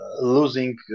losing